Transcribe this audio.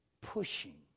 pushing